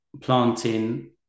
planting